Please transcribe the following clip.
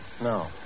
No